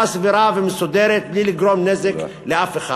סבירה ומסודרת בלי לגרום נזק לאף אחד.